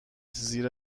زیرا